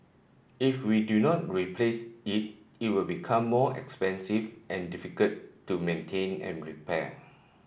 if we do not replace it it will become more expensive and difficult to maintain and repair